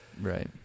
Right